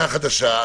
אם הבאתם תקנה חדשה,